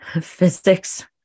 physics